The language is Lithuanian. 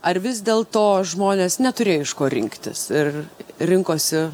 ar vis dėlto žmonės neturėjo iš ko rinktis ir rinkosi